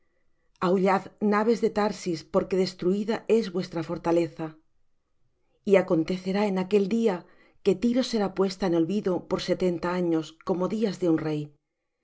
naves de tarsis porque destruída es vuestra fortaleza y acontecerá en aquel día que tiro será puesta en olvido por setenta años como días de un rey